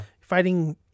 fighting